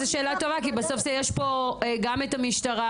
זו שאלה טובה כי בסוף יש פה גם את המשטרה